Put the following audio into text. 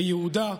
ביהודה,